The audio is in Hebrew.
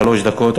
שלוש דקות.